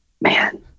man